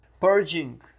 purging